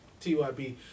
tyb